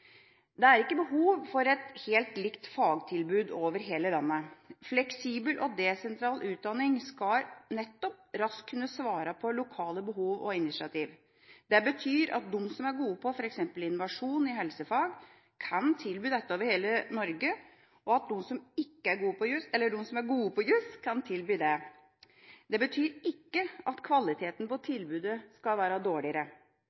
Det er ikke behov for et helt likt fagtilbud over hele landet. Fleksibel og desentral utdanning skal nettopp raskt kunne svare på lokale behov og initiativ. Det betyr at de som er gode på f.eks. innovasjon i helsefag, kan tilby dette over hele Norge, og at de som er gode på juss, kan tilby det. Det betyr ikke at kvaliteten på tilbudet skal være dårligere.